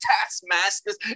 taskmasters